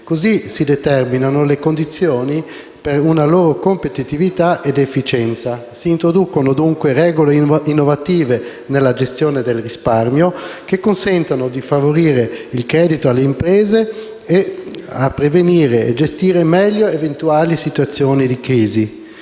Così si determinano le condizioni per una loro competitività ed efficienza. Si introducono, dunque, regole innovative nella gestione del risparmio che consentano di favorire il credito alle imprese e di prevenire o gestire meglio eventuali situazioni di crisi.